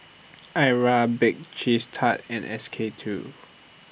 Arai Bake Cheese Tart and S K two